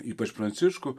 ypač pranciškų